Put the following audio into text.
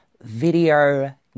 video